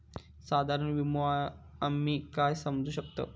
साधारण विमो आम्ही काय समजू शकतव?